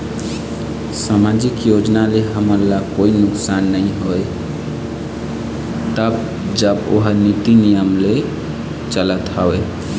सामाजिक योजना से हमन ला कोई नुकसान हे का?